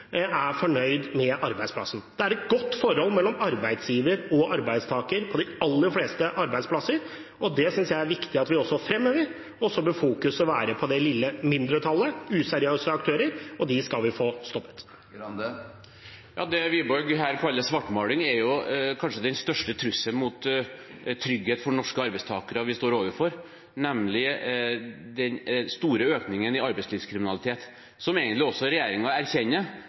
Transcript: er fornøyde med arbeidsplassen. Det er et godt forhold mellom arbeidsgiver og arbeidstaker på de aller fleste arbeidsplasser, og det synes jeg det er viktig at vi fremhever. Så bør vi fokusere på det lille mindretallet av useriøse aktører, og de skal vi få stoppet. Det Wiborg her kaller svartmaling, er kanskje den største trusselen mot tryggheten for norske arbeidstakere som vi står overfor – nemlig den store økningen i arbeidslivskriminalitet, som egentlig regjeringen også erkjenner